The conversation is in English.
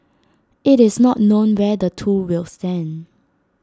IT is not known where the two will stand